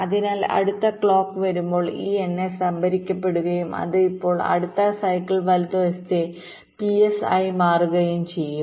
അതിനാൽ അടുത്ത ക്ലോക്ക് വരുമ്പോൾ ഈ NS സംഭരിക്കപ്പെടുകയും അത് ഇപ്പോൾ അടുത്ത സൈക്കിൾ വലതുവശത്തെ PS ആയി മാറുകയും ചെയ്യും